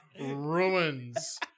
ruins